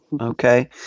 Okay